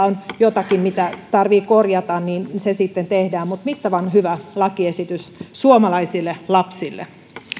on jotakin mitä tarvitsee korjata niin se sitten tehdään mutta mittavan hyvä lakiesitys suomalaisille lapsille